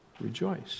Rejoice